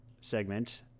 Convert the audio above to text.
segment